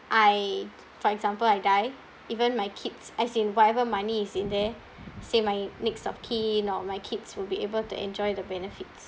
I for example I die even my kids as in whatever money is in there say my next-of-kin or my kids will be able to enjoy the benefits